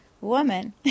woman